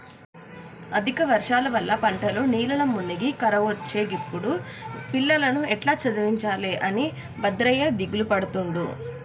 అధిక వర్షాల వల్ల పంటలు నీళ్లల్ల మునిగి కరువొచ్చే గిప్పుడు పిల్లలను ఎట్టా చదివించాలె అని భద్రయ్య దిగులుపడుతుండు